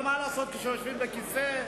אבל מה לעשות, כאשר יושבים בכיסא,